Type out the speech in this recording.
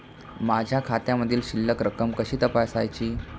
माझ्या खात्यामधील शिल्लक रक्कम कशी तपासायची?